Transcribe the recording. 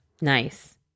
Nice